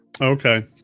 Okay